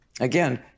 again